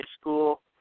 school